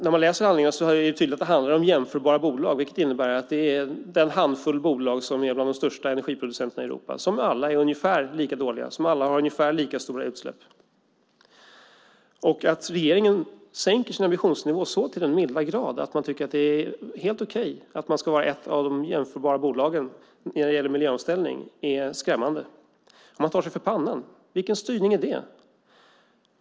När man läser handlingarna är det tydligt att det handlar om jämförbara bolag, vilket innebär att det är den handfull bolag som är bland de största energiproducenterna i Europa, som alla är ungefär lika dåliga och som alla har ungefär lika stora utsläpp. Att regeringen sänker sin ambitionsnivå så till den milda grad att man tycker att det är helt okej att man ska vara ett av de jämförbara bolagen när det gäller miljöomställning är skrämmande. Man tar sig för pannan. Vilken styrning är det?